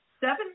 seven